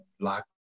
lock